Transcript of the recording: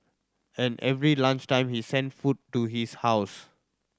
and every lunch time he sent food to his house